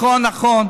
אחרון אחרון.